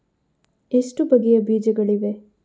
ಎಷ್ಟು ಬಗೆಯ ಬೀಜಗಳಿವೆ?